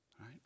right